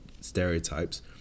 stereotypes